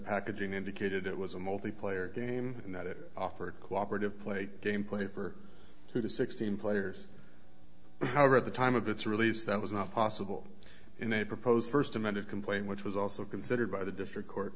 packaging indicated it was a multiplayer game and that it offered cooperative play game play for two to sixteen players however at the time of its release that was not possible in a proposed first amended complaint which was also considered by the district court